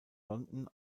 london